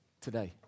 today